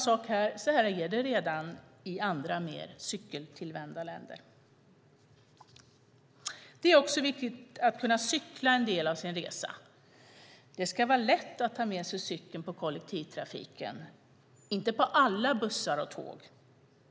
Så är det redan i andra, mer cykeltillvända länder. Det är också viktigt att kunna cykla en del av sin resa. Det ska vara lätt att ta med sig cykeln på kollektivtrafiken, men kanske inte på alla bussar och tåg.